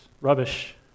rubbish